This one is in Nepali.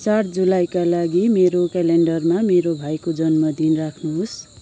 चार जुलाईका लागि मेरो क्यालेन्डरमा मेरो भाइको जन्मदिन राख्नुहोस्